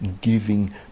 giving